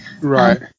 Right